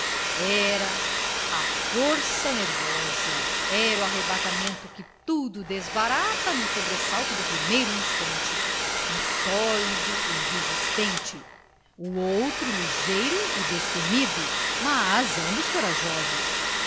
era a força nervosa era o arrebatamento que tudo desbarata no sobressalto do primeiro instante um sólido e resistente o outro ligeiro e destemido mas ambos corajosos